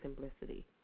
simplicity